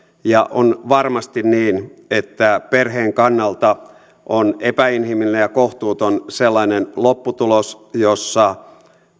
on varmasti niin että perheen kannalta on epäinhimillinen ja kohtuuton sellainen lopputulos jossa